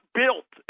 built